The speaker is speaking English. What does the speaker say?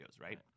Right